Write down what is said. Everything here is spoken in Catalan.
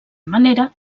manera